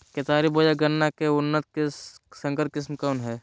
केतारी बोया गन्ना के उन्नत संकर किस्म कौन है?